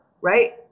right